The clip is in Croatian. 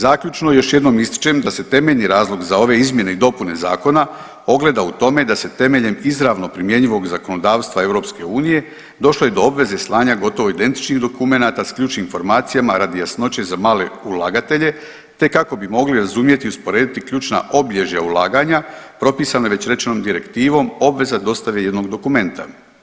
Zaključno još jednom ističem da se temeljni razlog za ove izmjene i dopune zakona ogleda u tome da se temeljem izravno primjenjivog zakonodavstva EU došlo je do obveze slanja gotovo identičnih dokumenata s ključnim informacijama radi jasnoće za male ulagatelje te kako bi mogli razumjeti i usporediti ključna obilježja ulaganja propisana već rečenom direktivom obveza dostave jednog dokumenta.